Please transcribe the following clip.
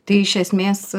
tai iš esmės